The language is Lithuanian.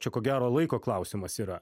čia ko gero laiko klausimas yra